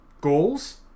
goals